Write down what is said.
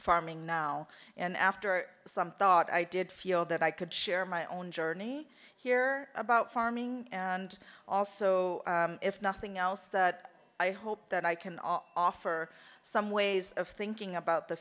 farming now and after some thought i did feel that i could share my own journey here about farming and also if nothing else that i hope that i can offer some ways of thinking about the